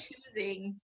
choosing